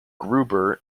gruber